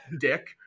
dick